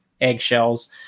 eggshells